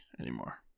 anymore